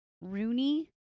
Rooney